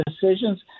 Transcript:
decisions